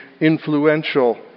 influential